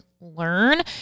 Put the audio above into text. learn